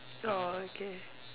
orh okay